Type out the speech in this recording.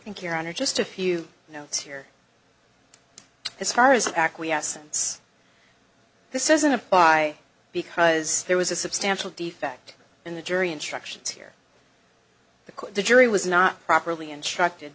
i think your honor just a few notes here as far as acquiescence this isn't a lie because there was a substantial defect in the jury instructions here the jury was not properly instructed